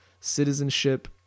citizenship